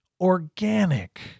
organic